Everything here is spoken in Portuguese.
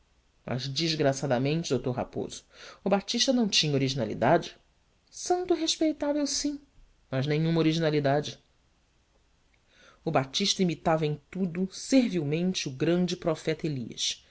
mas desgraçadamente d raposo o batista não tinha originalidade santo respeitável sim mas nenhuma originalidade o batista imitava em tudo servilmente o grande profeta elias